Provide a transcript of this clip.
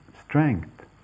strength